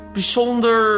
bijzonder